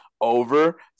Over